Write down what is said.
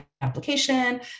application